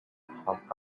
have